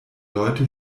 leute